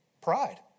pride